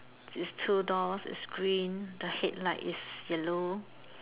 it's two doors it's green the head light is yellow